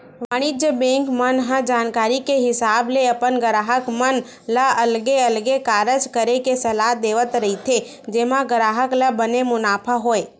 वाणिज्य बेंक मन ह जानकारी के हिसाब ले अपन गराहक मन ल अलगे अलगे कारज करे के सलाह देवत रहिथे जेमा ग्राहक ल बने मुनाफा होय